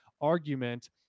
argument